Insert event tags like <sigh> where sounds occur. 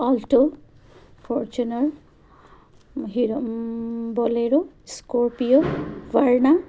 Alto Fortuner <unintelligible> Bolero Scorpio Verna